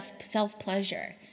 self-pleasure